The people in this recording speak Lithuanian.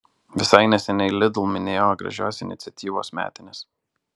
visai neseniai lidl minėjo gražios iniciatyvos metines